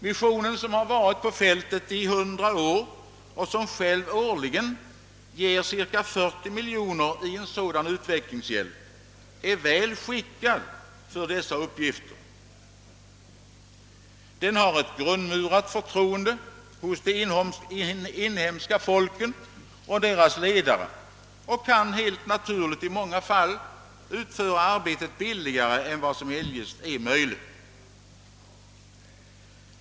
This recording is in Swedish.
Missionen, som har arbetat på fältet i hundra år och själv årligen ger cirka 40 miljoner till utvecklingshjälp, är väl skickad för dessa uppgifter. Den har ett grundmurat förtroende hos de inhemska folken och deras ledare och kan helt naturligt i många fall utföra arbetet billigare än vad som eljest är möjligt.